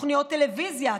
תוכניות טלוויזיה,